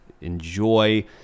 enjoy